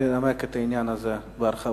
ושם תוכל לנמק את העניין הזה בהרחבה.